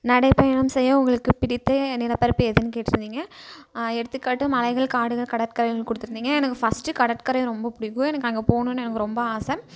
நடைப்பயணம் செய்ய உங்களுக்குப் பிடித்த நிலப்பரப்பு எதுனு கேட்டிருந்திங்க எடுத்துக்காட்டு மலைகள் காடுகள் கடற்கரைகள்னு கொடுத்துருந்திங்க எனக்கு ஃபஸ்டு கடற்கரை ரொம்ப பிடிக்கும் எனக்கு அங்கே போகணுன்னு எனக்கு ரொம்ப ஆசை